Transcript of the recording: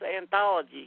Anthology